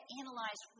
analyze